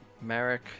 Merrick